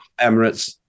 Emirates